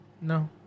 No